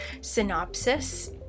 synopsis